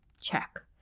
Check